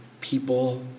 people